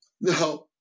Now